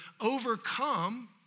overcome